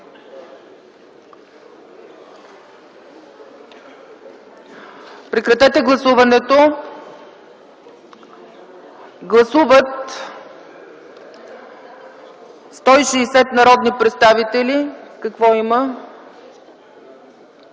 Прекратете гласуването! Гласували 69 народни представители: за 62,